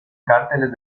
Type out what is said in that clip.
carteles